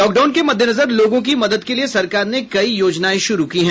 lockdown के मद्देनजर लोगों की मदद के लिए सरकार ने कई योजनाएं शुरू की है